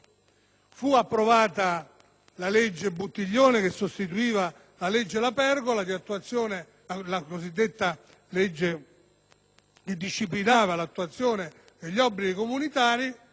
Fu approvata la legge Buttiglione che sostituiva la legge La Pergola, la cosiddetta legge che disciplina l'attuazione degli obblighi comunitari.